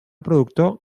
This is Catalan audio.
productor